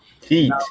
Heat